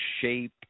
shape